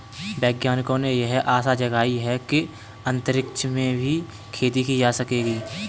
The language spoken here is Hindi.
वैज्ञानिकों ने यह आशा जगाई है कि अंतरिक्ष में भी खेती की जा सकेगी